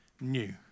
new